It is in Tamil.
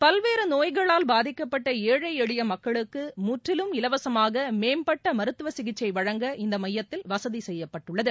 பல்வேறு நோய்களால் பாதிக்கப்பட்ட ஏழை எளிய மக்களுக்கு முற்றிலும் இலவசமாக மேம்பட்ட மருத்துவ சிகிச்சை வழங்க இந்த மையத்தில் வசதி செய்யப்பட்டுள்ளது